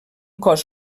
cos